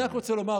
אני רק רוצה לומר,